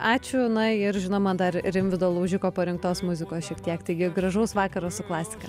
ačiū na ir žinoma dar rimvydo laužiko parinktos muzikos šiek tiek taigi gražaus vakaro su klasika